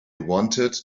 wanted